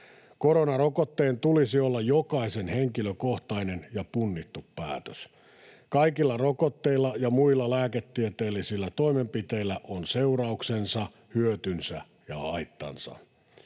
Koronarokotteen tulisi olla jokaisen henkilökohtainen ja punnittu päätös. Kaikilla rokotteilla ja muilla lääketieteellisillä toimenpiteillä on seurauksensa, hyötynsä ja haittansa.